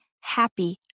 happy